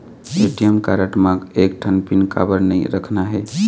ATM card म एक ठन पिन काबर नई रखना हे?